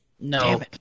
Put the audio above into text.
No